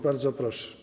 Bardzo proszę.